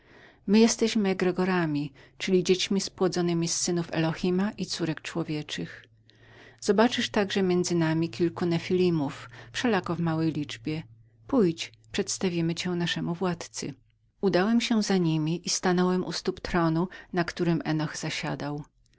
my jesteśmy egregorami czyli dziećmi spłodzonemi z synów elohima i córek człowieczych zobaczysz także między nami kilku nefelimów wszelako w małej liczbie pójdź przedstawimy cię naszemu władzcy udałem się za niemi i stanąłem u stóp tronu na którym henoh zasiadał